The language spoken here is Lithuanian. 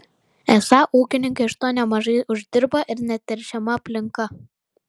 esą ūkininkai iš to nemažai uždirba ir neteršiama aplinka